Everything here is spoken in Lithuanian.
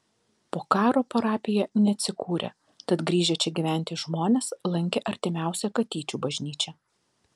po karo parapija neatsikūrė tad grįžę čia gyventi žmonės lankė artimiausią katyčių bažnyčią